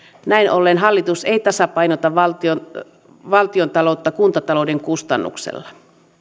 näin ollen hallitus ei tasapainota valtiontaloutta kuntatalouden kustannuksella